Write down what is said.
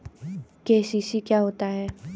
KCC क्या होता है?